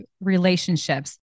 relationships